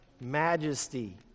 majesty